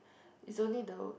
is only the